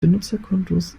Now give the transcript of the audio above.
benutzerkontos